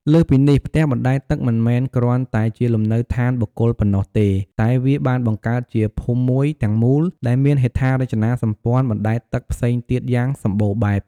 លើសពីនេះ ផ្ទះបណ្ដែតទឹកមិនមែនគ្រាន់តែជាលំនៅឋានបុគ្គលប៉ុណ្ណោះទេ តែវាបានបង្កើតបានជាភូមិមួយទាំងមូល ដែលមានហេដ្ឋារចនាសម្ព័ន្ធបណ្ដែតទឹកផ្សេងទៀតយ៉ាងសម្បូរបែប។